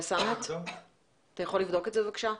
אתה יכול לבדוק בבקשה?